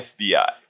FBI